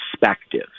perspective